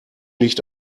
nicht